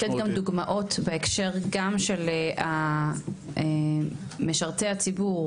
אתה יכול לתת גם דוגמאות בהקשר גם של משרתי הציבור,